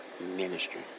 ministry